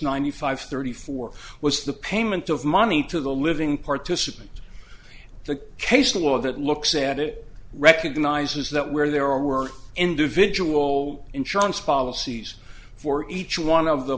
ninety five thirty four was the payment of money to the living participant the case law that looks at it recognizes that where there were individual insurance policies for each one of the